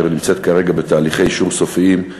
אשר נמצאת כרגע בתהליכי אישור סופיים.